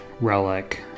relic